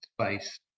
space